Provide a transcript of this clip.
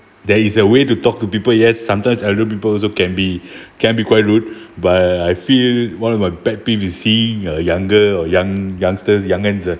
there is a way to talk to people yes sometimes elder people also can be can be quite rude but I feel one of my pet peeve is seeing a younger or young youngsters young man ah